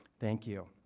thank you.